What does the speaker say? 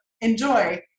Enjoy